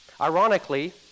Ironically